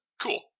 cool